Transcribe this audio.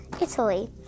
Italy